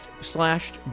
slashed